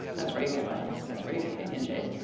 that's where you get bugs, that's where you get pinyon jays.